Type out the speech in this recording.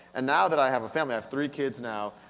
and now that i have a family, i have three kids now,